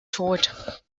tod